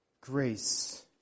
grace